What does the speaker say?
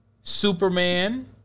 Superman